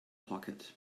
pocket